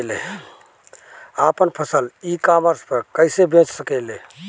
आपन फसल e commerce पर कईसे बेच सकिले?